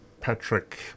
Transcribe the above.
Patrick